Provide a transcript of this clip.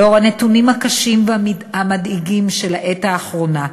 לנוכח הנתונים הקשים והמדאיגים של העת האחרונה,